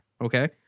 okay